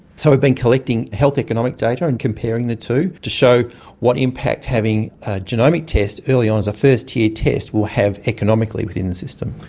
so we've been collecting health economic data and comparing the two to show what impact having a genomic test early on as a first tier test will have economically within the system.